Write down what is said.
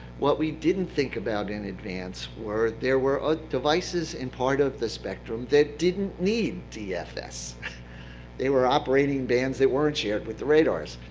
what we didn't think about in advance were there were ah devices in part of the spectrum that didn't need dfs. they were operating bands that weren't shared with the radars,